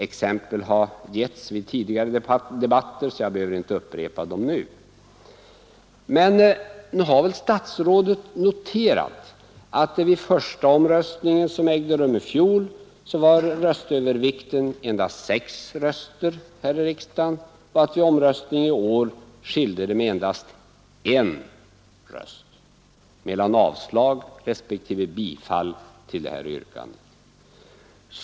Exempel har givits vid tidigare debatter, så jag behöver inte upprepa dem nu. Men nog har väl statsrådet noterat att vid den första omröstningen, som ägde rum i fjol, var röstövervikten endast sex röster och att vid omröstningen i år skilde det med endast en röst mellan avslag och bifall till yrkandet.